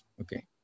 Okay